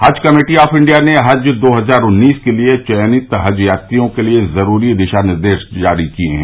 हज committee of India ने हज दो हजार उन्नीस के लिये चयनित हज यत्रियों के लिये जरूरी दिशा निर्देश जारी किये हैं